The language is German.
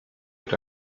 wird